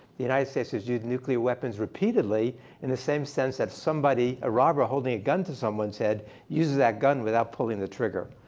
the united states has used nuclear weapons repeatedly in the same sense that a robber holding a gun to someone's head uses that gun without pulling the trigger.